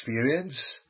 experience